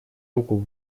руку